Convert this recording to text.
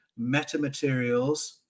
metamaterials